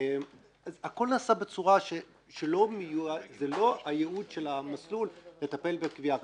הכול נעשה בצורה שזה לא הייעוד של המסלול לטפל בגבייה כזאת.